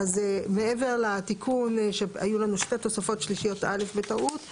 אז מעבר לתיקון שהיו לנו שתי תוספות שלישיות א' בטעות,